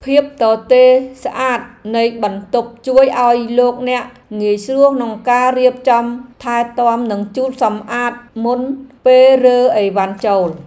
ភាពទទេរស្អាតនៃបន្ទប់ជួយឱ្យលោកអ្នកងាយស្រួលក្នុងការរៀបចំថែទាំនិងជូតសម្អាតមុនពេលរើអីវ៉ាន់ចូល។